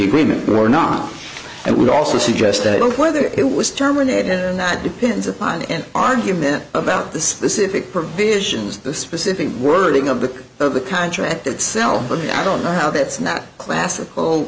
agreement or not it would also suggest that of whether it was terminated or not depends upon an argument about the specific provisions the specific wording of the of the contract itself but i don't know how that's not classical